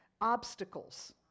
obstacles